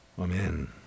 Amen